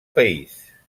país